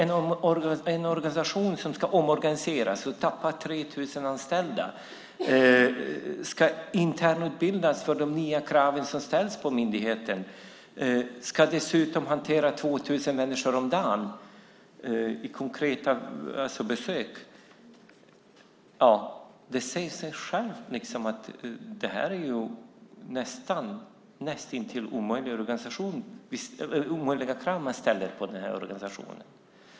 En organisation som ska omorganiseras och som tappar 3 000 anställda, som ska internutbilda för de nya krav som ställs på myndigheten och som dessutom ska hantera 2 000 människor om dagen i konkreta besök - det säger sig självt att det är näst intill omöjliga krav man ställer på organisationen.